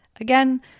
Again